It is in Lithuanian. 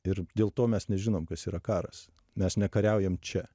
ir dėl to mes nežinom kas yra karas mes nekariaujam čia